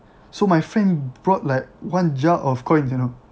so my friend brought like one jug of coins you know